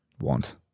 want